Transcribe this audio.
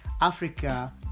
Africa